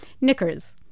Knickers